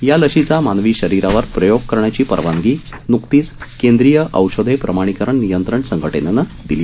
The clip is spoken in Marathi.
या लशीचा मानवी शरीरावर प्रयोग करण्याची परवानगी न्कतीच केंद्रीय औषधे प्रमाणीकरण नियंत्रण संघटनेनं दिली